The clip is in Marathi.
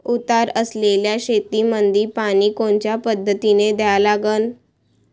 उतार असलेल्या शेतामंदी पानी कोनच्या पद्धतीने द्या लागन?